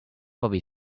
bobby